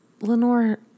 Lenore